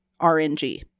RNG